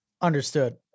Understood